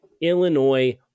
Illinois